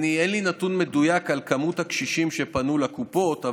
אין לי נתון מדויק על מספר הקשישים שפנו לקופות,